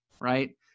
right